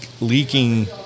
leaking